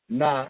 na